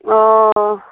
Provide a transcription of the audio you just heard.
অ